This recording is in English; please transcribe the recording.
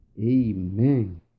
Amen